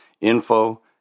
info